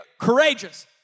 courageous